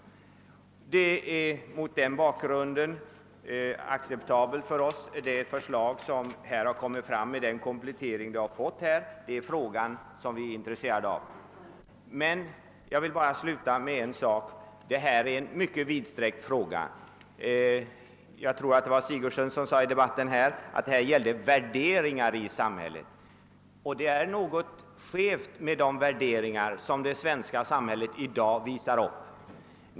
Under sådana förhållanden är det förslag som utskottet framlagt — med den komplettering det nu har fått — acceptabelt för oss. Jag vill tillägga att det är en mycket vittsyftande jämlikhetsfråga som här behandlas. Fru Sigurdsen sade någonting om att det gällde våra värderingar i samhället som sådant. Det är något skevt med de värderingar som vårt samhälle i dag visar upp.